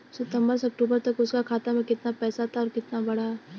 सितंबर से अक्टूबर तक उसका खाता में कीतना पेसा था और कीतना बड़ा?